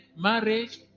marriage